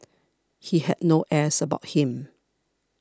he had no airs about him